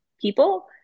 people